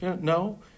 No